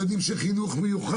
גם על ילדים של חינוך מיוחד,